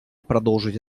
продолжить